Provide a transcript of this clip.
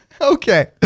okay